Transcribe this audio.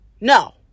No